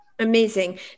Amazing